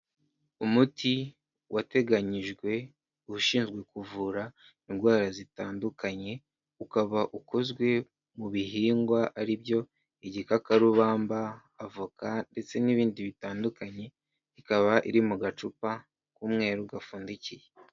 Umuti wateganyijwe ushinzwe kuvura indwara zitandukanye, ukaba ukozwe mu bihingwa ari byo igikakarubamba, avoka ndetse n'ibindi bitandukanye, ikaba iri mu gacupa k'umweru gapfundikiye.